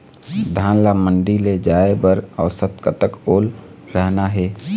धान ला मंडी ले जाय बर औसत कतक ओल रहना हे?